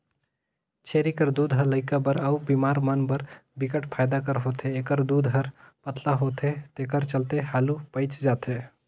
छेरी कर दूद ह लइका बर अउ बेमार मन बर बिकट फायदा कर होथे, एखर दूद हर पतला होथे तेखर चलते हालु पयच जाथे